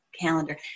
calendar